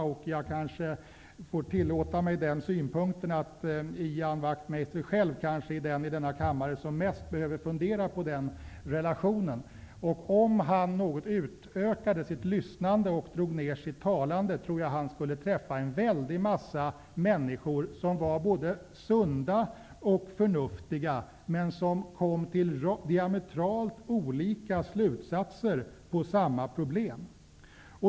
Jag kanske får tillåta mig den synpunkten att Ian Wachtmeister själv kanske är den i denna kammare som mest behöver fundera på den relationen. Om han utökade sitt lyssnande något och drog ner sitt talande, tror jag att han skulle träffa en massa människor som var både sunda och förnuftiga, men som kom till diametralt olika slutsatser på samma problem.